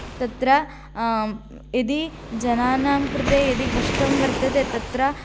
तत्र यदि जनानां कृते यदि कष्टं वर्तते तत्र